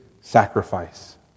sacrifice